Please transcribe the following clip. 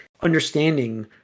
understanding